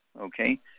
Okay